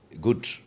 good